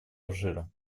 алжира